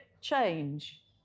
change